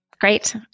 Great